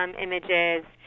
images